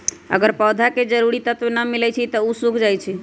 अगर पौधा स के जरूरी तत्व न मिलई छई त उ सूख जाई छई